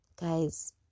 Guys